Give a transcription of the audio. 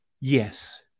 Yes